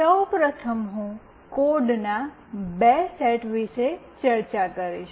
સૌ પ્રથમ હું કોડના બે સેટ વિશે ચર્ચા કરીશ